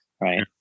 right